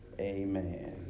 amen